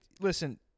listen